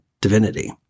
divinity